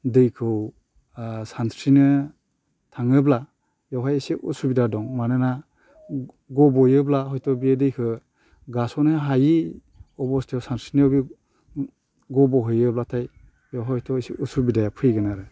दैखौ सानस्रिनो थाङोब्ला बेवहाय एसे असुबिदा दं मानोना गब'योब्ला हयथ' बे दैखौ गास'नो हायै अबस्थायाव सानस्रिनोबो गब'हैयोब्लाथाय बेवहायथ' एसे असुबिदाया फैगोन आरो